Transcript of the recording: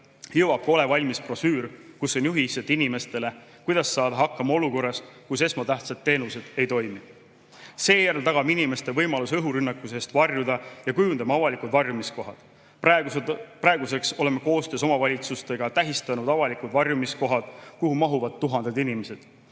jõuab "Ole valmis!" brošüür, kus on juhised inimestele, kuidas saada hakkama olukorras, kus esmatähtsad teenused ei toimi. Seejärel tagame inimestele võimaluse õhurünnakute eest varjuda ja kujundame avalikud varjumiskohad. Praeguseks oleme koostöös omavalitsustega tähistanud avalikud varjumiskohad, kuhu mahuvad tuhanded inimesed.